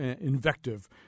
invective